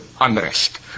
unrest